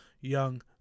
Young